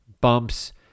bumps